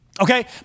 okay